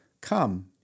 Come